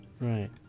Right